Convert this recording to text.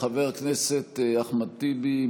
חבר הכנסת אחמד טיבי,